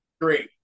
Great